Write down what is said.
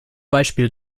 beispiel